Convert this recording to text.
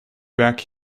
back